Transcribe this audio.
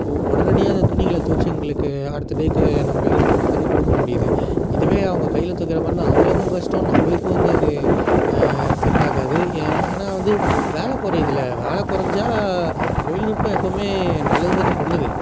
உடனடியாக அந்த துணிகளை தொவைச்சி எங்களுக்கு அடுத்த டேவுக்கு நம்ம யூஸ் பண்ணுறதுக்கு கொடுக்க முடியுது இதுவே அவங்க கையில் துவைக்கிற மாதிரி இருந்தால் அவங்களுக்கும் கஷ்டம் நம்மளுக்கு வந்து அது செட் ஆகாது ஏன் ஏன்னா வந்து வேலை குறையிதில்ல வேலை கொறைஞ்சா தொழில்நுட்பம் எப்பவும் நல்லதுதானே பண்ணுது